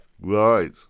Right